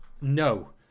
no